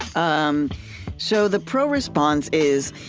um so the pro response is,